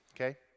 okay